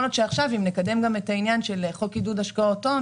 יכול להיות שאם עכשיו נקדם גם את חוק עידוד השקעות הון